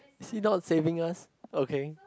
is he not saving us okay